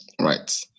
right